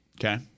Okay